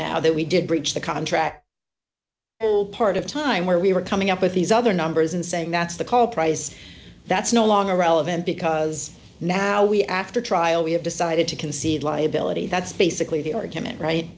now that we did breach the contract part of time where we were coming up with these other numbers and saying that's the call price that's no longer relevant because now we after trial we have decided to concede liability that's basically the argument right